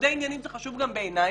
ניגודי עניינים זה חשוב גם בעיני,